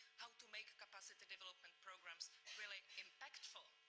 how to make capacity development programs really impactful,